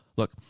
Look